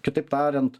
kitaip tariant